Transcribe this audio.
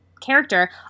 character